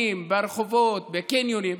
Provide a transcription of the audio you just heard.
המונים ברחובות, בקניונים.